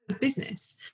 business